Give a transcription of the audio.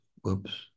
whoops